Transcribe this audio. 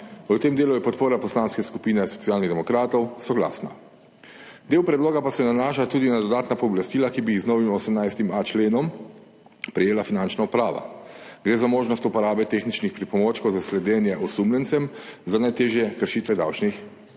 V tem delu je podpora Poslanske skupine Socialnih demokratov soglasna. Del predloga pa se nanaša tudi na dodatna pooblastila, ki bi jih z novim 18.a členom prejela Finančna uprava. Gre za možnost uporabe tehničnih pripomočkov za sledenje osumljencem za najtežje kršitve davčnih